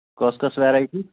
کۄس کۄس ویرایٹی